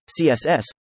CSS